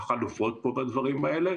החלופות בדברים האלה,